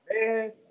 man